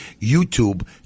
YouTube